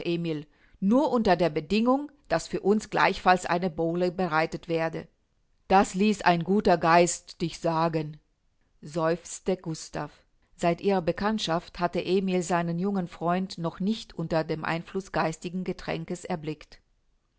emil nur unter der bedingung daß für uns gleichfalls eine bowle bereitet werde das ließ ein guter geist dich sagen seufzte gustav seit ihrer bekanntschaft hatte emil seinen jungen freund noch nicht unter dem einfluße geistigen getränkes erblickt